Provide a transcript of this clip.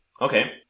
Okay